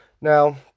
Now